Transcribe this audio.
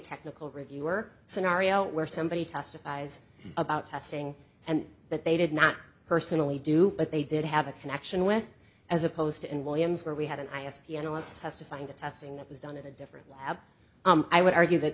technical review or scenario where somebody testifies about testing and that they did not personally do but they did have a connection with as opposed to in williams where we had an i ask the analyst testifying to testing that was done in a different lab i would argue that